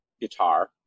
guitar